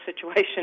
situation